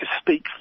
speak